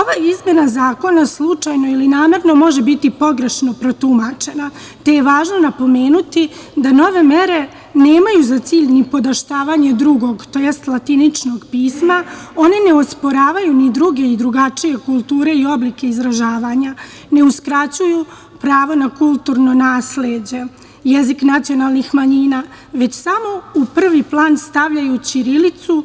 Ova izmena zakona slučajno ili namerno može biti pogrešno protumačena, te je važno napomenuti da nove mere nemaju za cilj ni podoštavanje drugog, tj. latiničnog pisma, oni ne osporavaju ni druge i drugačije kulture i oblike izražavanja, ne uskraćuju pravo na kulturno nasleđe jezik nacionalnih manjina, već samo u prvi plan stavljaju ćirilicu